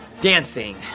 Dancing